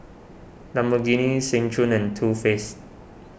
Lamborghini Seng Choon and Too Faced